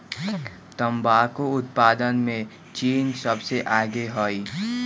तंबाकू उत्पादन में चीन सबसे आगे हई